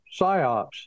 psyops